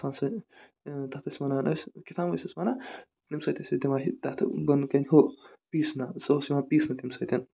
تَتھ ٲسۍ وَنان ٲسۍ کیاہ تام ٲسِسی وَنان أسی ییٚمہِ سۭتۍ ٲسۍ دِوان أسۍ تَتھ بۄنہٕ کَنۍ ہُہ سُہ اوس یِوان پیٖسنہٕ ہن